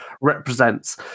represents